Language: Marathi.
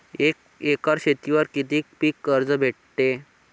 एक एकर शेतीवर किती पीक कर्ज भेटते?